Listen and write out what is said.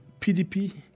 PDP